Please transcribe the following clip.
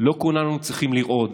לא כולנו צריכים לרעוד,